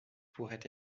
pourrait